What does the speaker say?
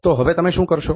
તો હવે તમે શું કરશો